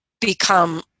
become